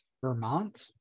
Vermont